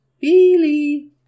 Billy